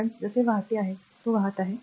सध्याचा प्रवाह जसे वाहत आहे तो वाहत आहे